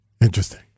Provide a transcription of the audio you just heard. Interesting